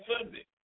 Sunday